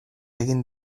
egin